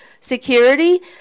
security